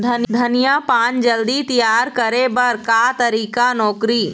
धनिया पान जल्दी तियार करे बर का तरीका नोकरी?